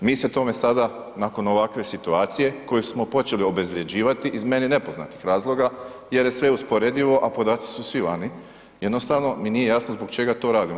Mi se tome sada nakon ovakve situacije koju smo počeli obezvrjeđivati, iz meni nepoznatih razloga jer je sve usporedivo, a podaci su svi vani, jednostavno mi nije jasno zbog čega to radimo?